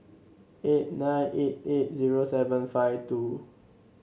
eight nine eight eight zero seven five two